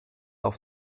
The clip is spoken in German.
auf